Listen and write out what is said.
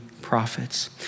prophets